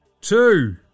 two